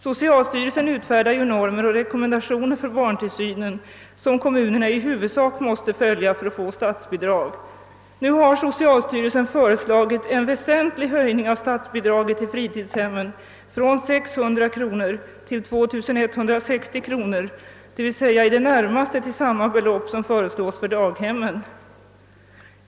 Socialstyrelsen utfärdar ju normer och rekommendationer för barntillsynen, vilka kommunerna i huvudsak måste följa för att kunna få statsbidrag. Socialstyrelsen har nu föreslagit en väsentlig höjning av statsbidraget till fritidshemmen från 600 kronor till 2160 kronor, d.v.s. till i det närmaste samma belopp som föreslås för daghemmen.